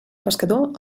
pescador